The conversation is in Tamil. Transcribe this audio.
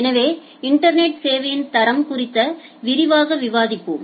எனவே இன்டர்நெட்சேவையின் தரம் குறித்து விரிவாக விவாதிப்போம்